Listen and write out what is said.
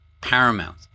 Paramount